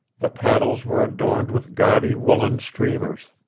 the paddles were adorned with gaudy woollen streamers.